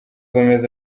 gomez